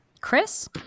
Chris